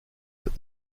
that